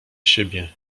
siebie